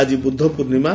ଆଜି ବୁଦ୍ଧ ପୂର୍ଶ୍ୱିମା